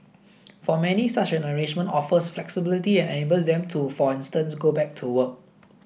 for many such an arrangement offers flexibility and enables them to for instance go back to work